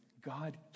God